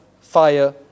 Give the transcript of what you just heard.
fire